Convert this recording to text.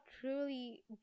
truly